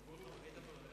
הוצאות שונות,